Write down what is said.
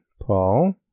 Paul